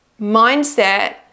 mindset